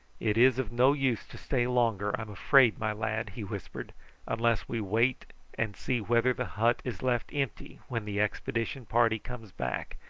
it is of no use to stay longer, i'm afraid, my lad, he whispered unless we wait and see whether the hut is left empty when the expedition party comes back,